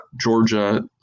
Georgia